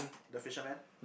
the fisherman